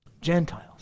Gentiles